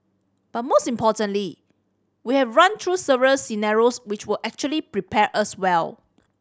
but most importantly we have run through several scenarios which will actually prepare us well